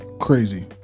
Crazy